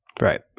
Right